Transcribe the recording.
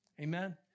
Amen